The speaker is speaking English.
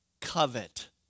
covet